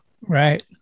Right